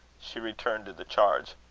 she returned to the charge.